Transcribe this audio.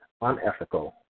unethical